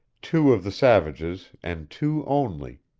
two of the savages, and two only,